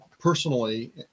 personally